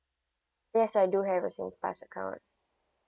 yes I do have a Singpass account